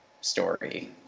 story